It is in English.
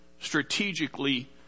strategically